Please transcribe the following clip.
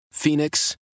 Phoenix